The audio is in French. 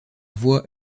voie